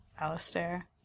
Alistair